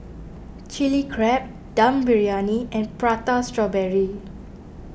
Chili Crab Dum Briyani and Prata Strawberry